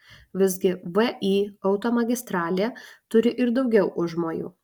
visgi vį automagistralė turi ir daugiau užmojų